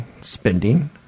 spending